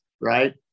right